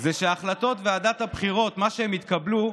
זה שהחלטות ועדת הבחירות שהתקבלו,